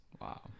Wow